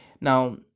Now